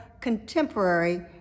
contemporary